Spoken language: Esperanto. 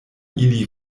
ili